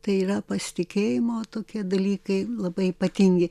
tai yra pasitikėjimo tokie dalykai labai ypatingi